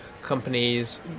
Companies